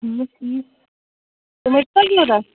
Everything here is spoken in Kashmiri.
ٹھیٖک ٹھیٖک تِمَے چھےٚ ضورتھ